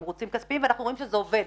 ואנחנו רואים שזה עובד,